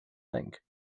think